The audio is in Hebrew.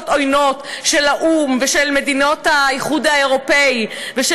עוינות של האו"ם ושל מדינות האיחוד האירופי ושל